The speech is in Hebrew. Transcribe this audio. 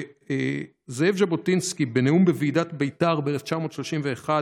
זאב ז'בוטינסקי, בנאום בוועידת בית"ר ב-1931,